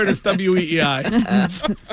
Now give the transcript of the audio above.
W-E-E-I